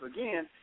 again